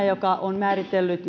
joka on määritellyt